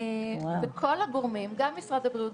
כל הגורמים - גם משרד הבריאות,